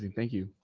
thank you.